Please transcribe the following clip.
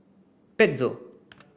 pezzo